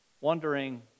wondering